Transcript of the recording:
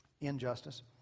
injustice